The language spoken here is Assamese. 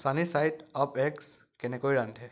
চানী চাইড আপ এ'গচ কেনেকৈ ৰান্ধে